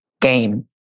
game